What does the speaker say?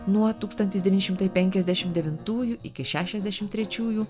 nuo tūkstantis devyni šimtai penkiasdešimt devintųjų iki šešiasdešimt trečiųjų